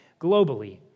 globally